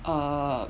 err